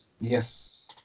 Yes